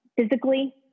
physically